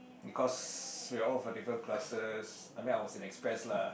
because we were all from different classes I mean I was in express lah